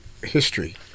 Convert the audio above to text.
history